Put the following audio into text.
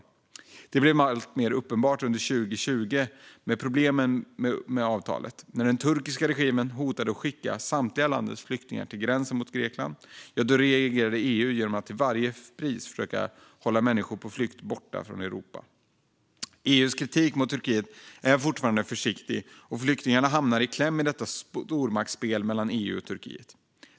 Problemen med avtalet blev alltmer uppenbara under 2020 när den turkiska regimen hotade att skicka samtliga landets flyktingar till gränsen mot Grekland och EU reagerade genom att till varje pris försöka hålla människor på flykt borta från Europa. EU:s kritik mot Turkiet är fortfarande försiktig, och flyktingarna hamnar i kläm i detta stormaktsspel mellan EU och Turkiet.